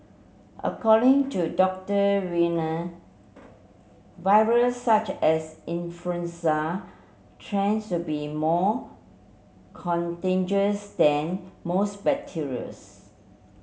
according to Doctor Wiener viruses such as influenza to be more contagious than most bacterias